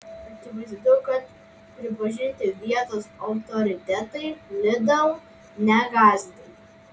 akivaizdu kad pripažinti vietos autoritetai lidl negąsdina